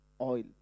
oil